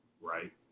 right